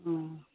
ꯎꯝ